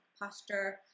posture